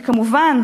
וכמובן,